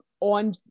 on